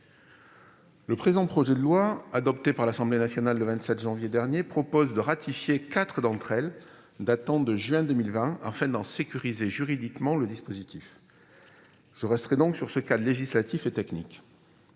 Le présent projet de loi, adopté par l'Assemblée nationale le 27 janvier dernier, a pour objet de ratifier quatre d'entre elles, datant de juin 2020, afin d'en sécuriser juridiquement le dispositif. J'en resterai donc à ce cadre législatif et technique.